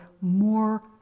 more